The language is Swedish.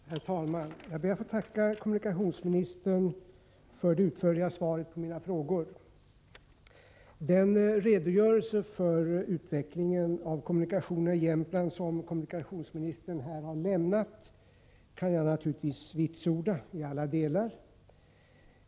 Herr talman! Jag ber att få tacka kommunikationsministern för det utförliga svaret på mina frågor. Den redogörelse för utvecklingen av kommunikationerna i Jämtland som kommunikationsministern här har lämnat kan jag vitsorda i alla delar.